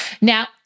now